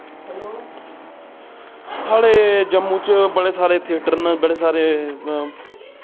साढ़े जम्मू च बड़े सारे थियेटर न बड़े सारे